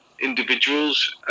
individuals